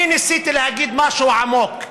אני ניסיתי להגיד משהו עמוק.